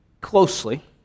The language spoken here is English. closely